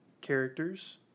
characters